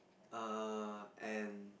err and